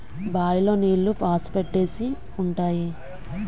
bye లో నీళ్లు నాసు పట్టేసి ఉంటాయి